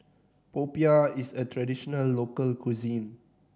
popiah is a traditional local cuisine